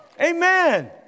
Amen